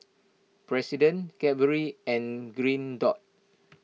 President Cadbury and Green Dot